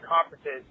conferences